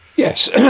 Yes